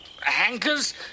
Hankers